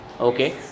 Okay